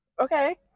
okay